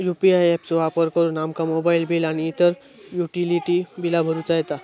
UPI app चो वापर करुन आमका मोबाईल बिल आणि इतर युटिलिटी बिला भरुचा येता